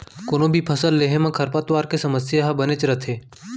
कोनों भी फसल लेहे म खरपतवार के समस्या ह बनेच रथे